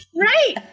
Right